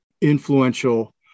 influential